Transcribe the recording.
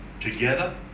together